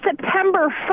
September